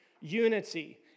unity